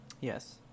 yes